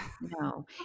no